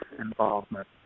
involvement